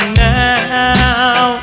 now